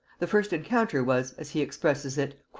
the first encounter was, as he expresses it,